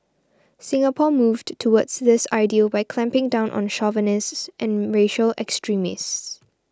Singapore moved towards this ideal by clamping down on chauvinists and racial extremists